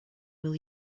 will